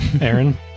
Aaron